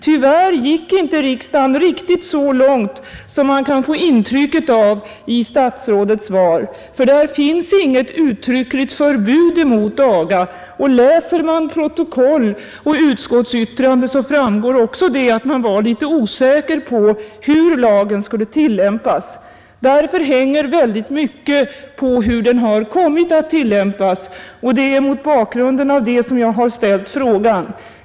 Tyvärr gick riksdagen inte riktigt så långt som man kan få intryck av i statsrådets svar. Där finns inget uttryckligt förbud emot aga. Läser man protokoll och utskottets yttrande framgår också en osäkerhet om hur lagen skulle tillämpas. Därför hänger mycket på hur den kommit att tillämpas. Det är mot bakgrunden av detta jag har ställt frågan.